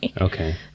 Okay